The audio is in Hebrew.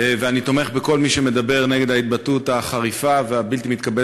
ואני תומך בכל מי שמדבר נגד ההתבטאות החריפה והבלתי-מתקבלת